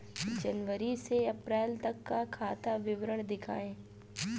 जनवरी से अप्रैल तक का खाता विवरण दिखाए?